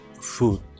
Food